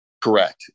Correct